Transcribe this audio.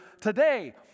today